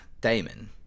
Damon